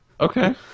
Okay